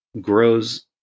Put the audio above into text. grows